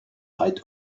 height